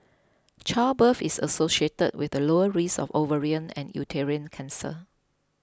childbirth is associated with a lower risk of ovarian and uterine cancer